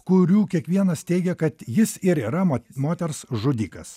kurių kiekvienas teigia kad jis ir yra mot moters žudikas